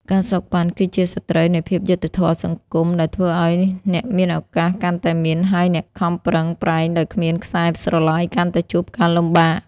ការសូកប៉ាន់ គឺជាសត្រូវនៃភាពយុត្តិធម៌សង្គម ដែលធ្វើឱ្យអ្នកមានឱកាសកាន់តែមាន ហើយអ្នកខំប្រឹងប្រែងដោយគ្មានខ្សែស្រឡាយកាន់តែជួបការលំបាក។